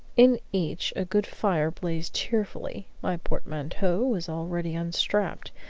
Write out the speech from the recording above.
in each a good fire blazed cheerfully my portmanteau was already unstrapped,